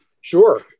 Sure